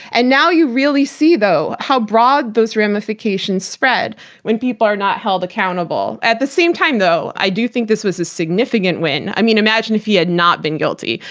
and now you really see though, how broad those ramifications spread when people are not held accountable. at the same time, though i do think this was a significant win. i mean, imagine if he had not been guilty.